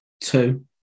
two